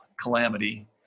calamity